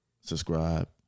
Subscribe